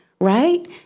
right